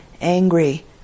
angry